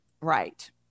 Right